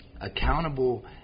Accountable